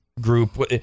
group